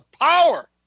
power